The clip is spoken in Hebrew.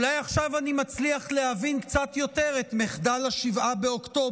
אולי עכשיו אני מצליח להבין קצת יותר את מחדל 7 באוקטובר,